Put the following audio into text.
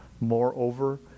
Moreover